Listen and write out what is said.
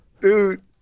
dude